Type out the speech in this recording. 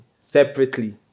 separately